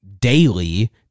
daily